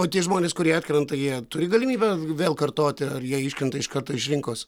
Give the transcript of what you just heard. o tie žmonės kurie atkrenta jie turi galimybę vėl kartoti ar jie iškrenta iš karto iš rinkos